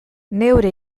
neure